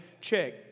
check